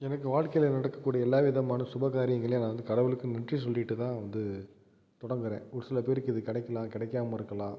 எனக்கு வாழ்க்கையில் நடக்கக்கூடிய எல்லா விதமான சுபகாரியங்களையும் நான் வந்து கடவுளுக்கு நன்றி சொல்லிட்டுதான் வந்து தொடங்குகிறேன் ஒருசில பேருக்கு இது கிடைக்கலாம் கிடைக்கமா இருக்கலாம்